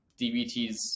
DBTs